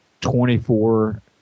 twenty-four